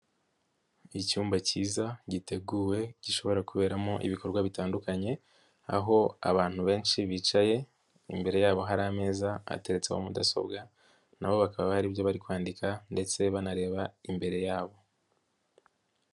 Icyumba cyiza giteguwe gishobora kuberamo ibikorwa bitandukanye aho abantu benshi bicaye imbere yabo hari ameza ateretseho mudasobwa na bo bakaba hari ibyo bari kwandika ndetse banareba imbere yabo.